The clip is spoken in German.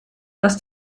dass